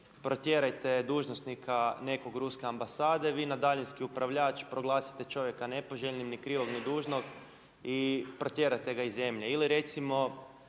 protjerajte dužnosnika nekog ruske ambasade, vi na daljinski upravljač proglasite čovjeka nepoželjnim ni krivog ni dužnog i protjerate ga iz zemlje. Ili recimo